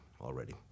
already